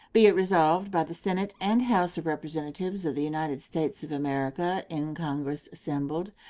be it resolved by the senate and house of representatives of the united states of america in congress assembled,